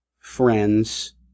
friends